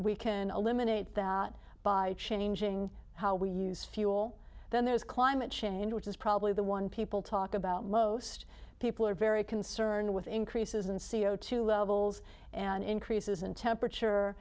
we can eliminate that by changing how we use fuel then there's climate change which is probably the one people talk about most people are very concerned with increases in c o two levels and increases in temperature